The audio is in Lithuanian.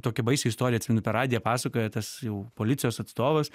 tokią baisią istoriją per radiją pasakoja tas jau policijos atstovas